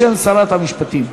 בשם שרת המשפטים.